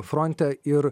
fronte ir